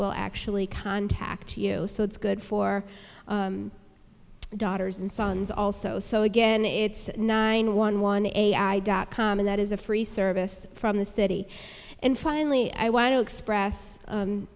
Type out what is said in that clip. will actually contact you so it's good for daughters and sons also so again it's nine one one a i dot com that is a free service from the city and finally i want to express